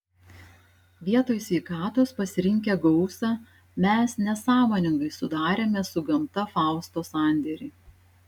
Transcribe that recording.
vietoj sveikatos pasirinkę gausą mes nesąmoningai sudarėme su gamta fausto sandėrį